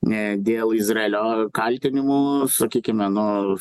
ne dėl izraelio kaltinimų sakykime nu